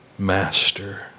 master